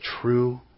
true